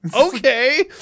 okay